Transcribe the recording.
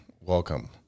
welcome